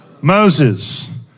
Moses